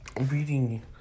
reading